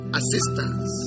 assistance